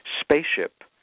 spaceship